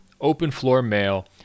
Openfloormail